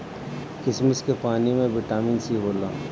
किशमिश के पानी में बिटामिन सी होला